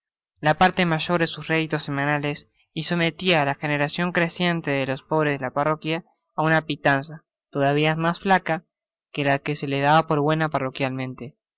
la parte mayor de sus reditos semanales y sometia á la generacion creciente de los pobres de la parroquia á una pitanza todavia mas flaca que la que se les daba por buena